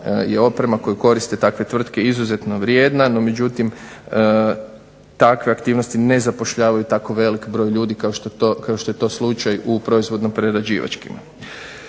je oprema koju koriste takve tvrtke je izuzetno vrijedna, no međutim takve aktivnosti ne zapošljavaju tako veliki broj ljudi kao što je to slučaj u proizvodno prerađivačkima.